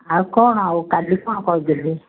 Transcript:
ଆଉ କ'ଣ ଆଉ କାଲି କ'ଣ କହିଦେବି